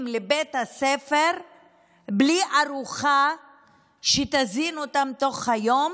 לבית הספר בלי ארוחה שתזין אותם ביום,